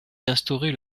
d’instaurer